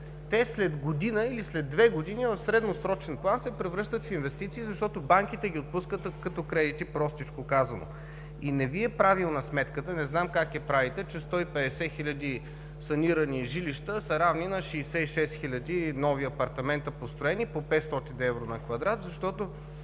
след година или две в средносрочен план се превръщат в инвестиции, защото банките ги отпускат като кредити, простичко казано. И не Ви е правилна сметката – не знам как я правите – че 150 хиляди санирани жилища са равни на 66 хиляди нови апартамента, построени по 500 евро на квадратен метър,